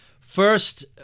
First